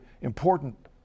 important